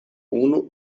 unu